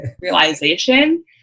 realization